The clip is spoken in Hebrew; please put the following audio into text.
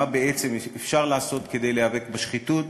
מה בעצם אפשר לעשות כדי להיאבק בשחיתות.